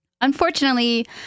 Unfortunately